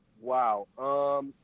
Wow